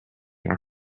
our